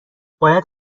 باید